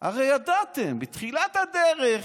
הרי ידעתם בתחילת הדרך.